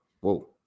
Whoa